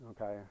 okay